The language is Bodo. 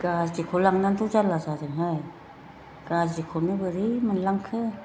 गाज्रिखौ लाबोनानैथ' जाल्ला जादोंहाय गाज्रिखौनो बोरै मोनलांखो